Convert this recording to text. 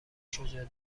شجاع